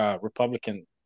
Republican